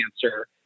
cancer